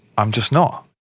i'm just not.